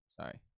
Sorry